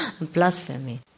blasphemy